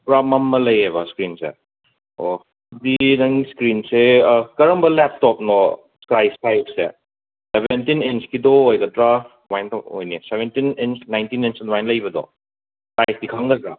ꯄꯨꯔꯥ ꯃꯝꯃ ꯂꯩꯑꯕ ꯏꯁꯀ꯭ꯔꯤꯟꯁꯦ ꯑꯣ ꯑꯗꯨꯗꯤ ꯅꯪ ꯏꯁꯀ꯭ꯔꯤꯟꯁꯦ ꯀꯔꯝꯕ ꯂꯦꯞꯇꯣꯞꯅꯣ ꯀꯥꯏꯔꯤꯁꯦ ꯁꯦꯕꯦꯟꯇꯤꯟ ꯏꯟꯁꯀꯤꯗꯣ ꯑꯣꯏꯒꯗ꯭ꯔꯥ ꯀꯃꯥꯏꯇꯧꯕ ꯑꯣꯏꯅꯤ ꯁꯦꯕꯦꯟꯇꯤꯟ ꯏꯟꯁ ꯅꯥꯏꯟꯇꯤꯟ ꯏꯟꯁ ꯑꯗꯨꯃꯥꯏꯅ ꯂꯩꯕꯗꯣ ꯁꯥꯏꯖꯇꯤ ꯈꯪꯒꯗ꯭ꯔꯥ